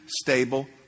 stable